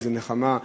באיזו נחמה,